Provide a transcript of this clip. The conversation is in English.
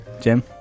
Jim